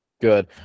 good